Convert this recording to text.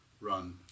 run